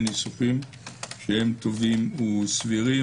לניסוחים טובים וסבירים.